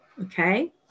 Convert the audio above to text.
Okay